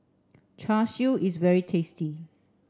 Char Siu is very tasty